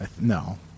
no